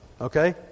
Okay